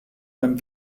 beim